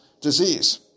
disease